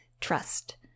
trust